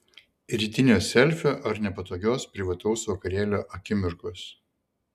rytinio selfio ar nepatogios privataus vakarėlio akimirkos